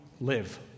live